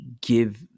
give